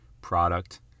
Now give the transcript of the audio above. product